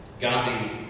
Gandhi